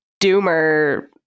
doomer